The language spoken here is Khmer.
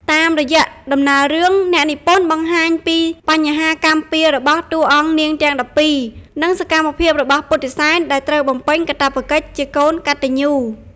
តាមរយៈដំណើររឿង អ្នកនិពន្ធបង្ហាញពីបញ្ហាកម្មពៀររបស់តួអង្គនាងទាំង១២ និងសកម្មភាពរបស់ពុទ្ធិសែនដែលត្រូវបំពេញកាតព្វកិច្ចជាកូនកត្តញ្ញូ។